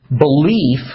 belief